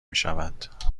میشود